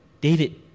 David